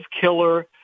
killer